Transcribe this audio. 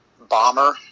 Bomber